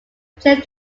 play